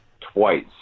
twice